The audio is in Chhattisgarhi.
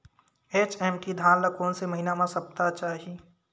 एच.एम.टी धान ल कोन से महिना म सप्ता चाही?